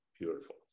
beautiful